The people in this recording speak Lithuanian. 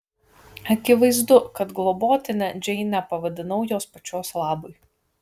akivaizdu kad globotine džeinę pavadinau jos pačios labui